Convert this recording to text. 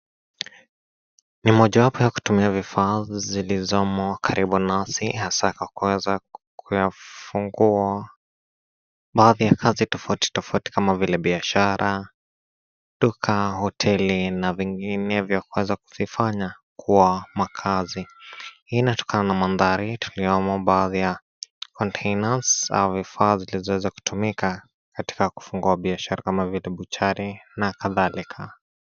Ni moja wepo ya kutumia vifaa zilizomo karibu nasi hasa kwa kuweza kuyafugua baadhi ya kazi tafouti tofauti kama vile biashara, duka, hoteli na viginevyo kuweza kuzifanya kwa makazi. Hii inatokana na mandhari tuliyomo baadhi ya kontaina na vifaa zilizoweza kutumika kwa kufugua biashara kama vile buchari nakadhalika.